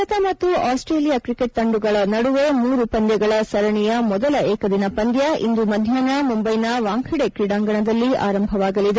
ಭಾರತ ಮತ್ತು Australia cricket ತಂಡಗಳ ನಡುವೆ ಮೂರು ಪಂದ್ಯಗಳ ಸರಣಿಯ ಮೊದಲ ಏಕದಿನ ಪಂದ್ಯ ಇಂದು ಮಧ್ಯಾಹ್ನ ಮುಂಬೈನ ವಾಂಖೇಡೆ ಕ್ರೀಡಾಂಗಣದಲ್ಲಿ ಆರಂಭವಾಗಲಿದೆ